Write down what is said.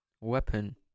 Weapon